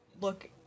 look